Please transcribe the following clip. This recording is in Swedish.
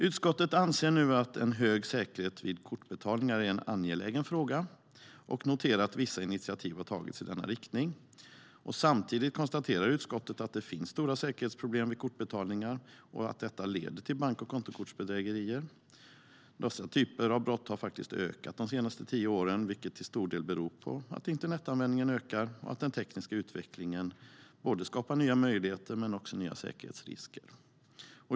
Utskottet anser att en stor säkerhet vid kortbetalningar är en angelägen fråga och noterar att vissa initiativ har tagits i denna riktning. Samtidigt konstaterar utskottet att det finns stora säkerhetsproblem vid kortbetalningar och att detta leder till bank och kontokortsbedrägerier. Dessa typer av brott har ökat de senaste tio åren, vilket till stor del beror på att internetanvändningen ökar och att den tekniska utvecklingen skapar både nya möjligheter och nya säkerhetsrisker.